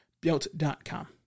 built.com